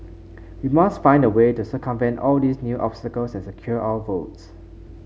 we must find a way to circumvent all these new obstacles and secure our votes